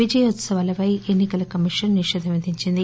విజయోత్సవాలపై ఎన్ని కల కమీషస్ నిషేధం విధించింది